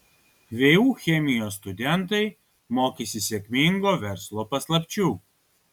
vu chemijos studentai mokysis sėkmingo verslo paslapčių